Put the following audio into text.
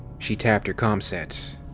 she tapped her comset.